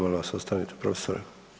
Molim vas ostanite profesore.